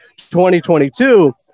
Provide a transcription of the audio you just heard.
2022